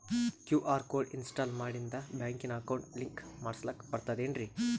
QR code install ಮಾಡಿಂದ ಬ್ಯಾಂಕಿನ account link ಮಾಡಸ್ಲಾಕ ಬರ್ತದೇನ್ರಿ